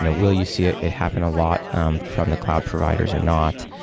and will you see it it happen a lot um from the cloud providers or not?